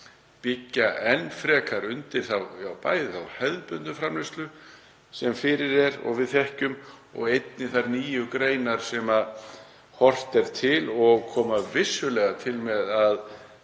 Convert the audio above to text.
byggja enn frekar undir þá hefðbundnu framleiðslu sem fyrir er og við þekkjum og einnig undir þær nýju greinar sem horft er til og koma vissulega til með að